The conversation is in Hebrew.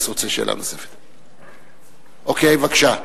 אוקיי, בבקשה.